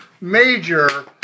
major